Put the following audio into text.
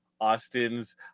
Austin's